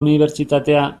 unibertsitatea